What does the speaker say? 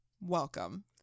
Welcome